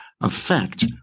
effect